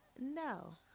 No